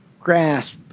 grasp